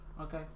okay